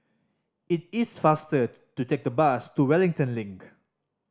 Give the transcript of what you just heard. it is faster to take the bus to Wellington Link